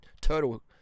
turtle